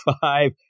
five